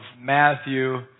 Matthew